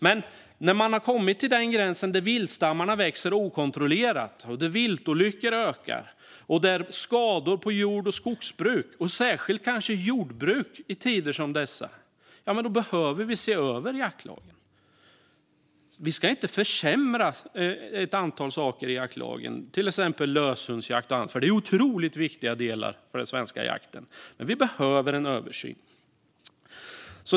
Men när vi kommit till ett läge där viltstammarna växer okontrollerat, viltolyckorna blir allt fler och skador på jord och skogsbruk ökar - särskilt skador på jordbruk i tider som dessa - behöver vi se över jaktlagen. Vi ska inte försämra saker i jaktlagen, till exempel löshundsjakt, för det är otroligt viktiga delar för den svenska jakten. Men vi behöver en översyn.